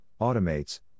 automates